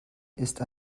ist